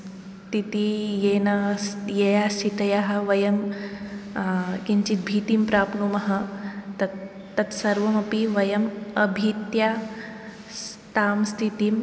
स्थितिः येन यया स्थित्या वयं किञ्चित् भीतिं प्राप्नुमः तत् तत्सर्वम् अपि वयम् अभीत्या तां स्थितिं